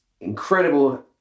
incredible